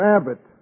Abbott